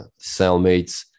cellmates